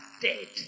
dead